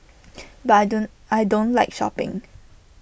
but I don't I don't like shopping